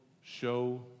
show